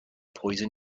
poison